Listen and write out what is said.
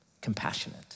compassionate